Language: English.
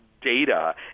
data